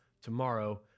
tomorrow